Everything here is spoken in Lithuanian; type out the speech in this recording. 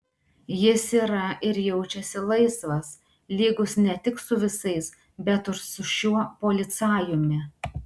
jis yra ir jaučiasi laisvas lygus ne tik su visais bet ir su šiuo policajumi